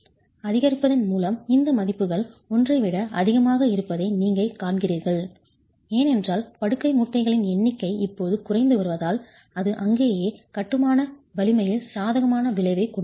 அதிகரிப்பதன் மூலம் இந்த மதிப்புகள் 1 ஐ விட அதிகமாக இருப்பதை நீங்கள் காண்கிறீர்கள் ஏனென்றால் படுக்கை மூட்டுகளின் எண்ணிக்கை இப்போது குறைந்து வருவதால் அது அங்கேயே கட்டுமான வலிமையில் சாதகமான விளைவைக் கொண்டிருக்கிறது